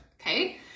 Okay